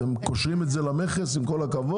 אתם קושרים את זה למכס עם כל הכבוד,